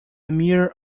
mere